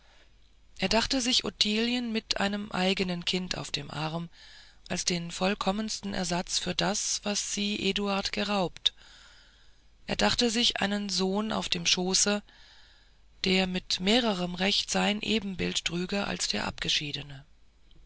er dachte sich ottilien mit einem eignen kind auf dem arm als den vollkommensten ersatz für das was sie eduarden geraubt er dachte sich einen sohn auf dem schoße der mit mehrerem recht sein ebenbild trüge als der abgeschiedene